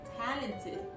talented